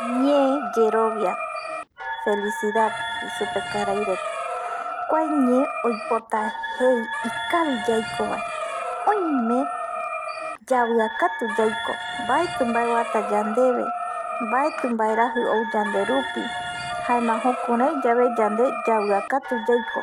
Ñe yerovia felicidad jei supe karai reta kua ñe oipota jei ikavi yaikova, oime yaviakatu yaiko mbaeti mbae oata yandeve, mbaeti mbaeraji ou yande rupi jaema jukurai yave yande yaviakatu yaiko